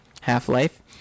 half-life